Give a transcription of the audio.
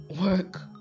work